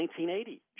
1980